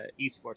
esports